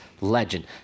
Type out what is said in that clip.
legend